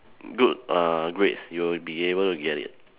good uh grades you'll be able to get it